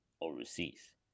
overseas